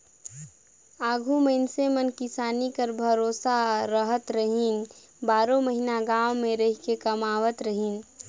आघु मइनसे मन किसानी कर भरोसे रहत रहिन, बारो महिना गाँव मे रहिके कमावत रहिन